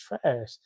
trash